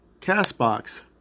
Castbox